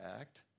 act